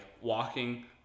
walking